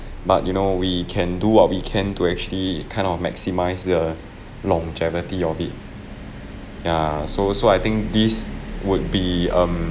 but you know we can do what we can to actually kind of maximize the longevity of it ya so so I think this would be um